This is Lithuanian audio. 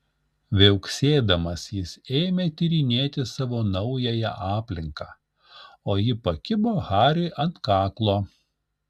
viauksėdamas jis ėmė tyrinėti savo naująją aplinką o ji pakibo hariui ant kaklo